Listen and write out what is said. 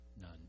none